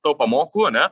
tau pamoku ane